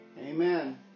Amen